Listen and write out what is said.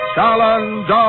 Challenge